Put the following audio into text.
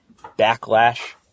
backlash